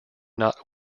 not